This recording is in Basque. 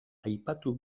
aipatu